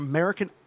American